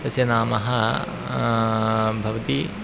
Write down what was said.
तस्य नाम भवति